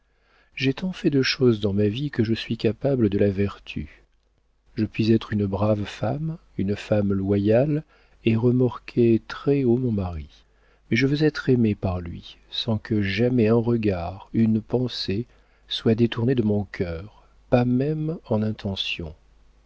j'ai tant fait de choses dans ma vie que je suis capable de la vertu je puis être une brave femme une femme loyale et remorquer très haut mon mari mais je veux être aimée par lui sans que jamais un regard une pensée soit détourné de mon cœur pas même en intention